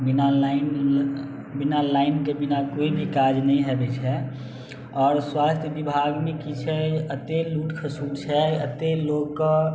बिना लाइन बिना लाइनके बिना कोइ भी काज नहि हेवे छै आओर स्वास्थ्य विभागमे की छै एते लूट खसूट छै अते लोगके